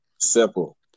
Simple